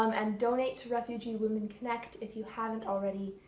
um and donate to refugee women connect if you haven't already.